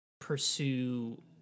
pursue